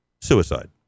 suicide